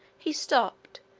he stopped,